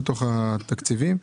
בתקציבים.